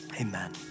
Amen